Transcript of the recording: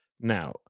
Now